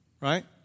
right